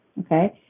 okay